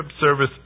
service